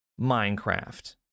Minecraft